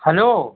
hello